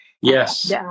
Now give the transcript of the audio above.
Yes